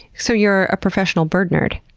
so you're a professional bird nerd?